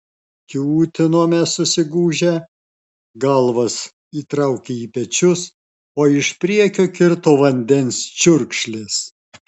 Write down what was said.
kiūtinome susigūžę galvas įtraukę į pečius o iš priekio kirto vandens čiurkšlės